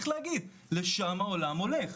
לשם העולם הולך,